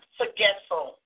forgetful